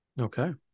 Okay